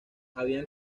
habían